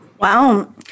Wow